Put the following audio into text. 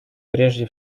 прежде